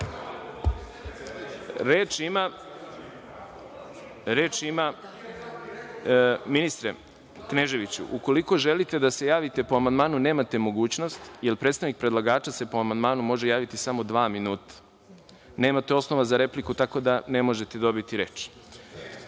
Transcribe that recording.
Zahvaljujem. Ministre Kneževiću, ukoliko želite da se javite po amandmanu, nemate mogućnost, jer predstavnik predlagača se po amandmanu može javiti samo dva minuta. Nemate osnova za repliku, tako da ne možete dobiti